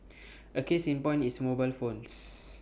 A case in point is mobile phones